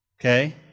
Okay